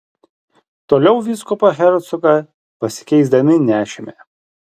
toliau vyskupą hercogą pasikeisdami nešėme